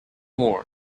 more